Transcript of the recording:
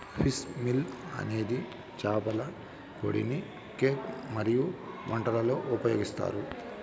fish meal అనేది చేపల పొడిని కేక్ మరియు వంటలలో ఉపయోగిస్తారు